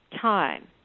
time